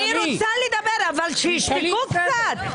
אני רוצה לדבר, אבל שישתקו קצת.